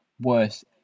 worse